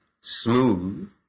smooth